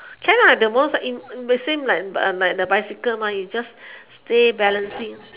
can the most the same like like bicycle you just stay balancing